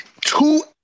two